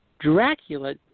Dracula